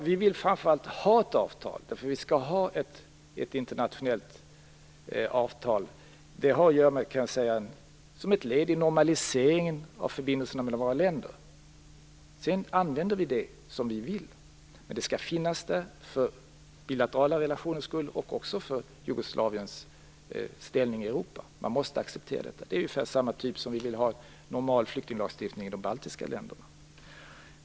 Vi vill framför allt ha ett avtal. Att vi skall ha ett internationellt avtal är ett led i normaliseringen av förbindelserna mellan många länder. Sedan använder vi det som vi vill. Men det skall finnas där för bilaterala relationers skull och också för Jugoslaviens ställning i Europa. Man måste acceptera detta. Det är av ungefär samma skäl som vi vill ha en normal flyktinglagstiftning i de baltiska länderna.